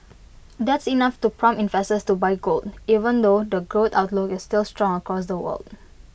that's enough to prompt investors to buy gold even though the growth outlook is still strong across the world